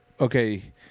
okay